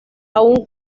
aun